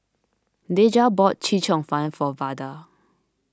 Deja bought Chee Cheong Fun for Vada